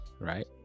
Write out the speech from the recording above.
right